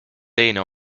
teine